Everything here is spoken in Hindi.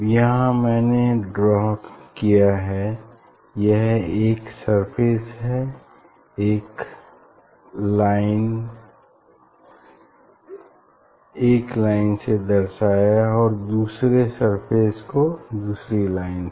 यहाँ मैंने ड्रा किया है यह एक सरफेस हैं यह एक लाइन से दर्शाया है और दूसरे सरफेस को इस दूसरी लाइन से